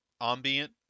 ambient